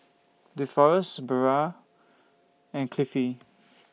Deforest Barbara and Cliffie